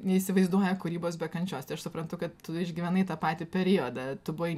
neįsivaizduoja kūrybos be kančios tai aš suprantu kad tu išgyvenai tą patį periodą tu buvai